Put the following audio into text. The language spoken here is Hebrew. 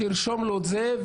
שירשום לו את זה,